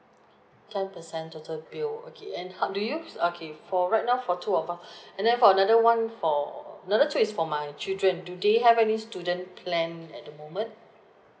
ten percent total bill okay and how do you okay for right now for two of us and then for another one for another two is for my children do they have any student plan at the moment